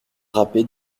râpé